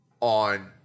on